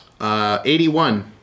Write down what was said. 81